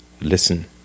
listen